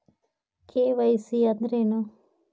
KYC ಅಂದ್ರೇನು?